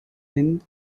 hind